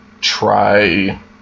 try